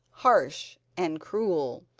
harsh and cruel.